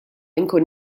inkun